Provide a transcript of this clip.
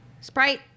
Sprite